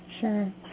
Sure